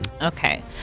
Okay